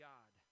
God